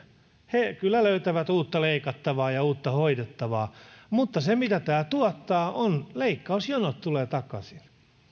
he kyllä löytävät uutta leikattavaa ja uutta hoidettavaa mutta se mitä tämä tuottaa on se että leikkausjonot tulevat takaisin